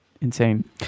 insane